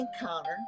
encounter